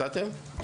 מצאתם ?